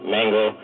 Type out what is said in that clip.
Mango